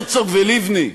הרצוג ולבני,